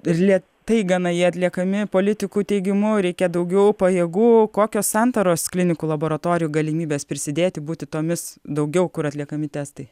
lėtai gana jie atliekami politikų teigimu reikia daugiau pajėgų kokios santaros klinikų laboratorijų galimybės prisidėti būti tomis daugiau kur atliekami testai